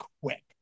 quick